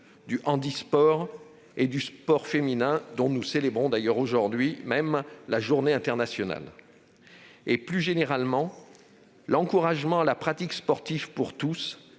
du handisport et du sport féminin, dont nous célébrons aujourd'hui même la journée internationale. Plus généralement, les Jeux sont un encouragement à la pratique sportive pour tous,